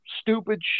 stupid